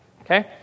Okay